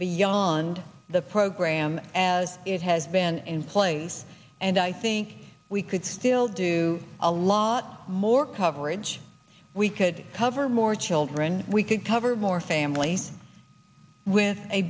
beyond the program as it has been in place and i think we could still do a lot more coverage we could cover more children we could cover more family with a